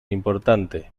importante